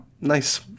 Nice